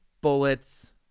bullets